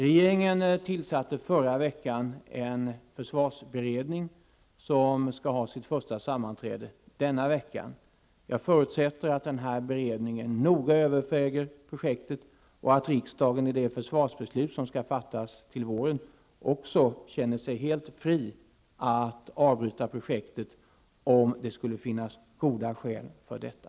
Regeringen tillsatte i förra veckan en försvarsberedning, som skall ha sitt första sammanträde denna vecka. Jag förutsätter att denna beredning noga överväger projektet och att riksdagen i det försvarsbeslut som skall fattas till våren också känner sig helt fri att avbryta projektet, om det skulle finnas goda skäl för detta.